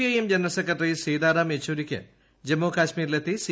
I M general secretary Sitaram യെച്ചൂരിക്ക് ജമ്മു കാശ്മീരിൽ എത്തി സി